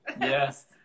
Yes